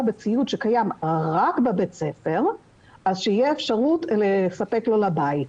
בציוד שקיים רק בבית הספר תהיה אפשרות לספק לו אותו לביתו.